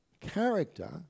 character